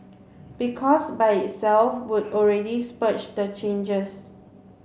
because by itself would already spur the changes